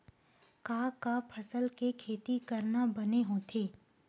का का फसल के खेती करना बने होथे?